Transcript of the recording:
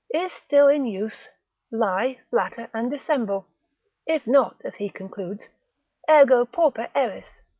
is still in use lie, flatter, and dissemble if not, as he concludes ergo pauper eris,